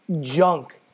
junk